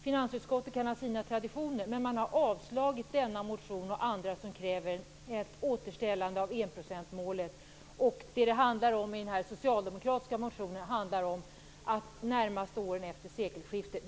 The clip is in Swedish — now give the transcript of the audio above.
Finansutskottet kan ha sina traditioner, men faktum kvarstår att man har avstyrkt denna motion och andra som kräver ett återställande av enprocentsmålet. I den socialdemokratiska motionen handlar det om de närmaste åren efter sekelskiftet.